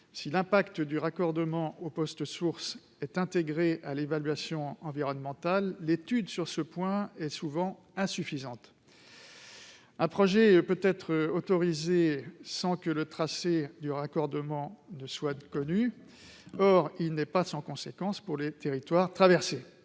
Si l'effet du raccordement au poste source est intégré à l'évaluation environnementale, l'étude sur ce point est souvent insuffisante. Un projet peut être autorisé sans que le tracé du raccordement soit connu. Or il n'est pas sans conséquence pour les territoires traversés.